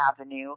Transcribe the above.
avenue